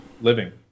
living